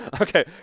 Okay